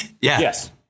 Yes